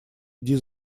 иди